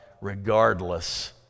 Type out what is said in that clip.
regardless